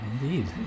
indeed